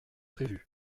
prévu